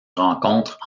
rencontrent